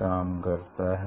काम करता है